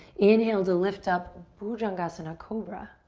inhale to lift up, bhujangasana, cobra.